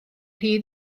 rhy